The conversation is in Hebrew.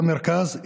במרכז,